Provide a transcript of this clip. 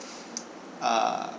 uh